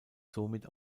somit